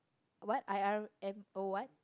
what I_R_M_O what